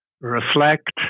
reflect